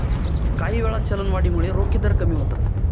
काहीवेळा, चलनवाढीमुळे रोखे दर कमी होतात